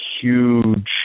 huge